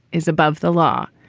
is above the law.